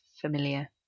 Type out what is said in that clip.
familiar